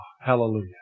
hallelujah